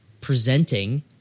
presenting